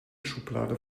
schublade